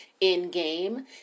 in-game